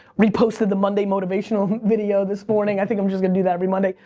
re-posted the monday motivational video this morning. i think i'm just gonna do that every monday.